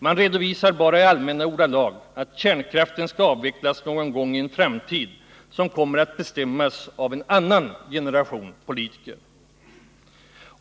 Man redovisar bara i allmänna ordalag att kärnkraften skall avvecklas någon gång i en framtid, som kommer att bestämmas av en annan generation politiker.